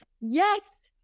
Yes